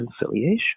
reconciliation